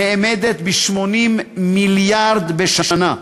נאמד ב-80 מיליארד בשנה,